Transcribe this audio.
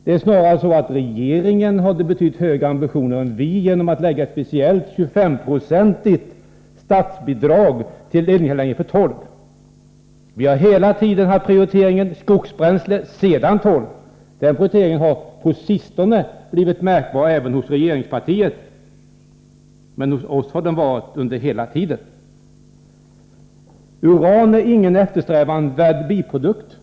Det är snarare så att regeringen hade betydligt högre ambitioner än vi och gav ett speciellt 25-procentigt statsbidrag till eldningsanläggningar för torv. Vi har hela tiden haft prioriteringen först skogsbränsle sedan torv. Den prioriteringen har på sistone blivit märkbar även inom regeringspartiet, men hos oss har den gällt hela tiden. Uran är ingen eftersträvansvärd biprodukt.